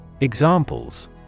Examples